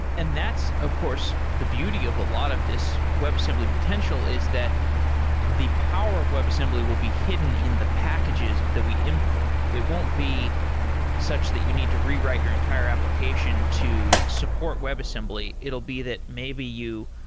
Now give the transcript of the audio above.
and that's, of course, the beauty of a lot of this webassembly potential, is that the power of webassembly will be hidden in the packages that we import. it won't be such that you need to rewrite your entire application to support webassembly. it'll be that maybe you,